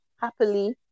happily